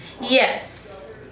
yes